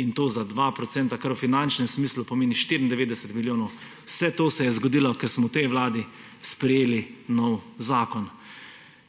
in to za 2 %, kar v finančnem smislu pomeni 94 milijonov. Vse to se je zgodilo, ker smo v tej vladi sprejeli nov zakon.